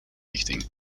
richting